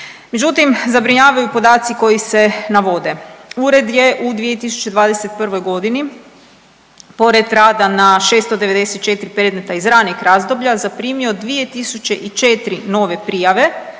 Međutim, zabrinjavaju podaci koji se navode. Ured je u 2021. godini pored rada na 694 predmeta iz ranijih razdoblja zaprimio 2.004 nove prijave,